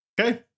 okay